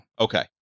Okay